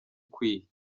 ukwiye